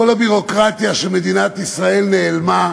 כל הביורוקרטיה של מדינת ישראל נעלמה,